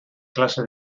clase